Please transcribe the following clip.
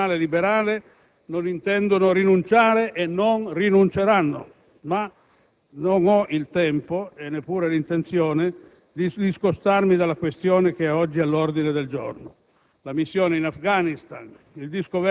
si riconoscono nei principi dell'Internazionale liberale, non intendono rinunciare e non rinunceranno. Tuttavia, non ho il tempo e neppure l'intenzione di discostarmi dalla questione che oggi è all'ordine del giorno.